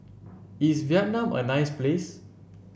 is Vietnam a nice place